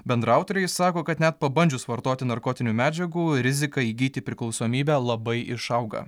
bendraautoriai sako kad net pabandžius vartoti narkotinių medžiagų rizika įgyti priklausomybę labai išauga